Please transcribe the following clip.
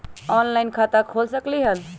Online खाता खोल सकलीह?